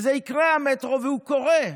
זה יקרה, המטרו, והוא קורה.